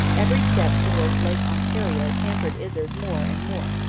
every step towards lake ontario hampered izard more and more,